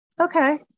Okay